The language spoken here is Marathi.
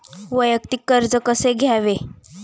वैयक्तिक कर्ज कसे घ्यावे?